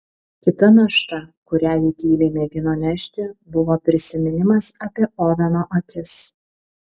kita našta kurią ji tyliai mėgino nešti buvo prisiminimas apie oveno akis